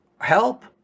help